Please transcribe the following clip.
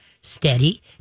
steady